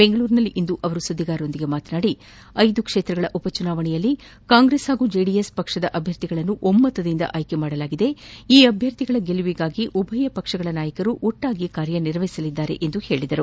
ಬೆಂಗಳೂರಿನಲ್ಲಿಂದು ಸುದ್ವಿಗಾರರೊಂದಿಗೆ ಮಾತನಾಡಿದ ಅವರು ಐದು ಕ್ಷೇತ್ರಗಳ ಉಪಜುನಾವಣೆಯಲ್ಲಿ ಕಾಂಗ್ರೆಸ್ ಹಾಗೂ ಜೆಡಿಎಸ್ ಪಕ್ಷದ ಅಭ್ಯರ್ಥಿಗಳನ್ನು ಒಮ್ಮತದಿಂದ ಆಯ್ಕೆ ಮಾಡಿದ್ದು ಅಭ್ಯರ್ಥಿಗಳ ಗೆಲುವಿಗಾಗಿ ಉಭಯ ಪಕ್ಷನಾಯಕರು ಒಟ್ಟಾಗಿ ಕಾರ್ಯನಿರ್ವಹಿಸಲಿದ್ದರೆ ಎಂದು ತಿಳಿಸಿದರು